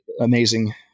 amazing